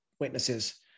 witnesses